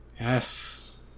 Yes